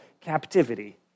captivity